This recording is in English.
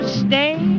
stay